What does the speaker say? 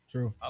True